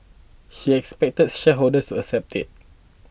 he expected shareholders to accept it